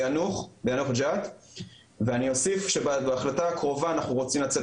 ביאנוח ג'ת ואני אוסיף שבהחלטה הקרובה אנחנו רוצים לצאת,